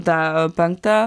tą penktą